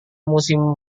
musim